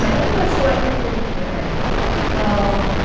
tell us what you've been hearing well,